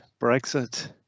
Brexit